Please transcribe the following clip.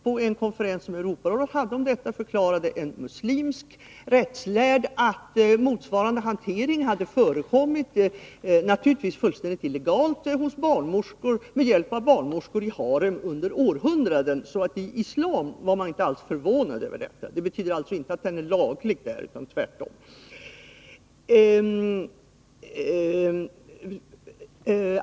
På en konferens som Europarådet hade om detta förklarade en muslimsk rättslärd att motsvarande hantering hade förekommit, naturligtvis fullständigt illegalt, med hjälp av barnmorskor i harem under århundraden — så inom islam var man inte alls förvånad över detta. Det betyder inte att det är lagligt där — tvärtom.